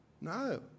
No